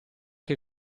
che